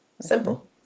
Simple